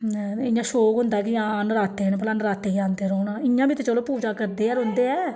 इ'यां शौक होंदा कि हां नराते न भला नरातें च औंदे रौह्ना इ'यां बी ते चलो पूजा करदे गै रौंह्दे ऐ